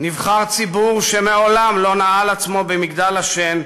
נבחר ציבור שמעולם לא נעל עצמו במגדל השן,